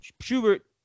Schubert